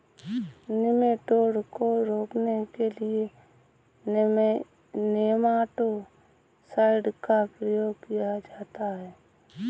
nematode को रोकने के लिए नेमाटो साइड का प्रयोग किया जाता है